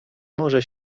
może